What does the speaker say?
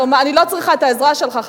אני לא צריכה את העזרה שלך,